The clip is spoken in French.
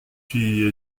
fille